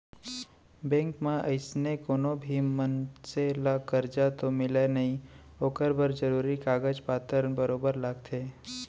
bank म अइसने कोनो भी मनसे ल करजा तो मिलय नई ओकर बर जरूरी कागज पातर बरोबर लागथे